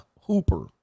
Hooper